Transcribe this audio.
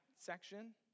section